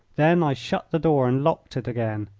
then i shut the door and locked it again.